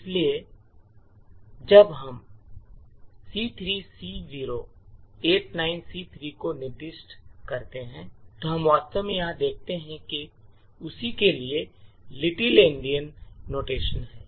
इसलिए इसलिए जब हम C3C089C3 को निर्दिष्ट करते हैं जो हम वास्तव में यहां देखते हैं उसी के लिए लिटिल एंडियन नोटेशन है